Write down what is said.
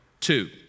two